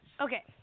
Okay